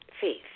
faith